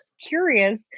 curious